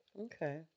okay